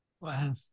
Wow